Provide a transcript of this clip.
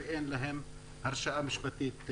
ואין להן הרשאה משפטית לזה.